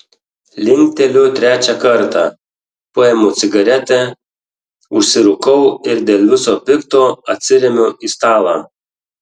linkteliu trečią kartą paimu cigaretę užsirūkau ir dėl viso pikto atsiremiu į stalą